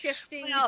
shifting